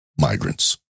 migrants